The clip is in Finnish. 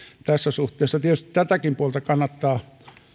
tässä suhteessa tietysti tätäkin puolta kannattaa